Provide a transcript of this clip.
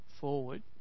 forward